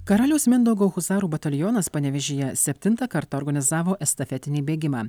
karaliaus mindaugo husarų batalionas panevėžyje septintą kartą organizavo estafetinį bėgimą